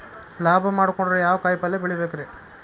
ಲಾಭ ಮಾಡಕೊಂಡ್ರ ಯಾವ ಕಾಯಿಪಲ್ಯ ಬೆಳಿಬೇಕ್ರೇ?